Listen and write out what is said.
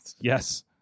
yes